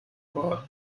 aber